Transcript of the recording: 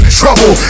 trouble